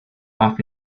off